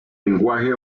lenguaje